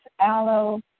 aloe